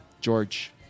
George